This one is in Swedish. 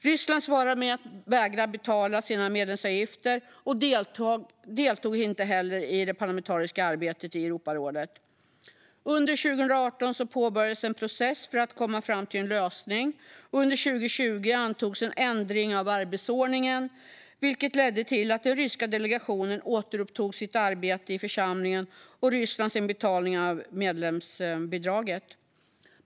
Ryssland svarade med att vägra betala sina medlemsavgifter och deltog inte heller i det parlamentariska arbetet i Europarådet. Under 2018 påbörjades en process för att komma fram till en lösning, och under 2020 antogs en ändring av arbetsordningen, vilket ledde till att den ryska delegationen återupptog sitt arbete i församlingen och Ryssland sin betalning av medlemsbidraget.